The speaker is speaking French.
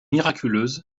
miraculeuse